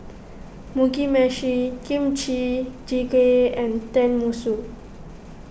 Mugi Meshi Kimchi Jjigae and Tenmusu